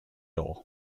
door